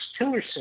Tillerson